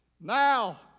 now